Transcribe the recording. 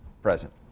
present